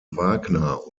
wagner